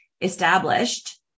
established